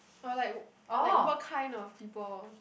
oh like wh~ like what kind of people